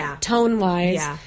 tone-wise